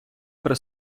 при